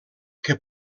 que